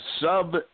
sub